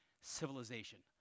civilization